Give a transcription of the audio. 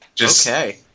Okay